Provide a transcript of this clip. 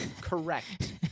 Correct